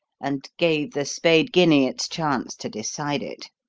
and gave the spade guinea its chance to decide it.